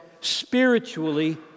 spiritually